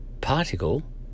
particle